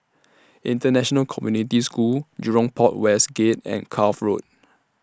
International Community School Jurong Port West Gate and Cuff Road